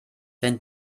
wenn